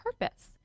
purpose